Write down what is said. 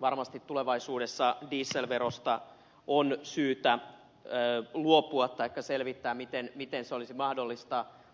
varmasti tulevaisuudessa dieselverosta on syytä luopua taikka selvittää miten se olisi